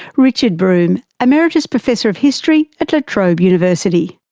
richard broome, emeritus professor of history at la trobe university.